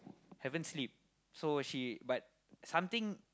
haven't sleep so she but something